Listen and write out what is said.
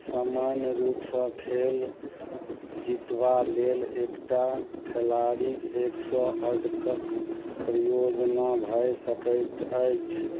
सामान्य रूपसँ खेल जितबा लेल एकटा खेलाड़ीकेँ एक सौ प्रयोजन भए सकैत अछि